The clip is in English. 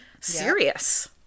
serious